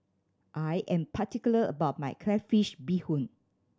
I am particular about my crayfish beehoon